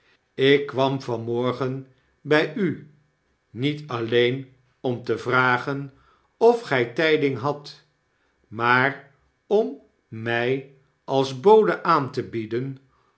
jk kwam van morgen bij u niet alleen om te vragen of gy tiding hadt maar om my als bode aan te bieden